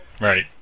right